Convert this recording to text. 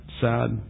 sad